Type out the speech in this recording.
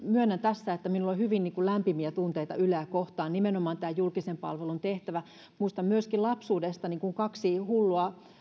myönnän tässä että minulla on hyvin lämpimiä tunteita yleä kohtaan nimenomaan tämän julkisen palvelun tehtävän vuoksi muistan myöskin lapsuudestani kun kaksi hullua